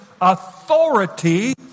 authority